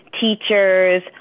teachers